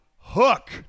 hook